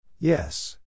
Yes